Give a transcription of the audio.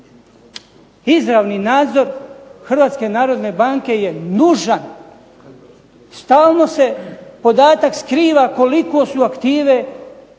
Izravni nadzor Hrvatske narodne banke je nužna. Stalno se podatak skriva koliko su aktive